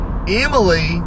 Emily